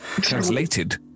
Translated